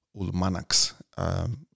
Ulmanaks